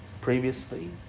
previously